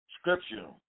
scripture